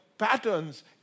Patterns